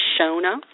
Shona